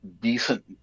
decent